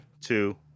two